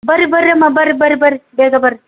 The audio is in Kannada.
ಬರ್ರಿ ಬರ್ರಿಯಮ್ಮ ಬರ್ರಿ ಬರ್ರಿ ಬರ್ರಿ ಬೇಗ ಬರ್ರಿ